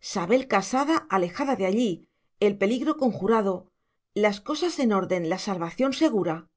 sabel casada alejada de allí el peligro conjurado las cosas en orden la salvación segura